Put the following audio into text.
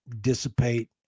dissipate